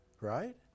right